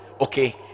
okay